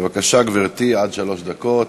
בבקשה, גברתי, עד שלוש דקות.